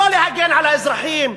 לא להגן על האזרחים,